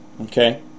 okay